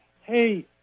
hey